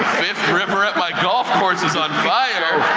fifth river at my golf course is on fire.